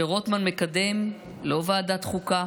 שרוטמן מקדם, לא ועדת חוקה